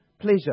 pleasure